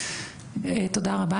תודה רבה,